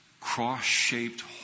cross-shaped